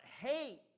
hate